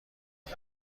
کیه